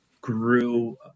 grew